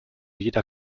jeder